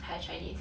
higher chinese